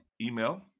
email